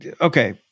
Okay